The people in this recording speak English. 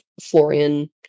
Florian